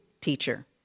teacher